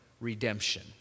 redemption